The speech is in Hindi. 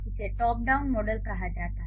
इसे टॉप डाउन मॉडल कहा जाता है